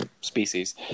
species